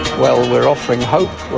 well, we're offering hope,